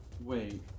Wait